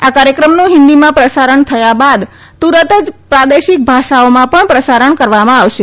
આ કાર્યક્રમનું હિન્દીમાં પ્રસારણ થયા બાદ તુરંત જ પ્રાદેશિક ભાષાઓમાં પણ પ્રસારણ કરવામાં આવશે